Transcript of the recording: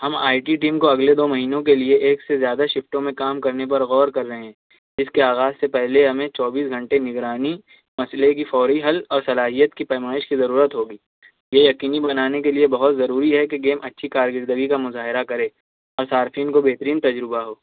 ہم I T team کو اگلے دو مہینوں کے لیے ایک سے زیادہ شِفٹوں میں کام کرنے پر غور کر رہے ہیں اِس کے آغاز سے پہلے ہمیں چوبیس گھنٹے نِگرانی مسئلے کی فوری حل اور صلاحیت کی پیمائش کی ضرورت ہوگی یہ یقینی بنانے کے لیے بہت ضروری ہے کہ گیم اچھی کارکردگی کا مُظاہرہ کرے اور صارفین کو بہترین تجربہ ہو